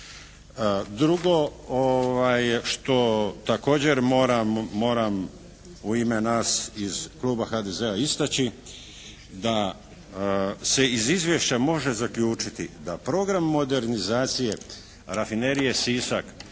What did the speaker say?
Drugo što također moram u ime nas iz kluba HDZ-a istači da se iz izvješća može zaključiti da program modernizacije Rafinerije Sisak